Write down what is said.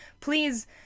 please